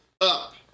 up